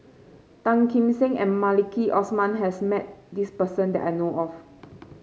Tan Kim Seng and Maliki Osman has met this person that I know of